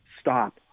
stop